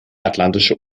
atlantische